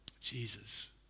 Jesus